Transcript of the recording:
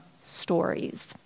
stories